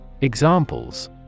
Examples